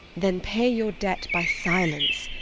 then pay your debt by silence.